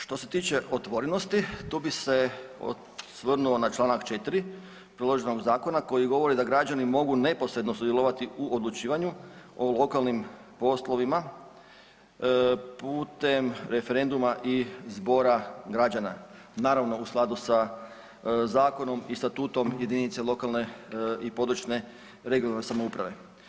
Što se tiče otvorenosti, tu bih se osvrnuo na članak 4. Predloženog zakona koji govori da građani mogu neposredno sudjelovati u odlučivanju o lokalnim poslovima putem referenduma i zbora građana naravno u skladu sa zakonom i statutom jedinice lokalne i područne (regionalne) samouprave.